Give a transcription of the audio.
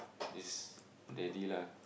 is daddy lah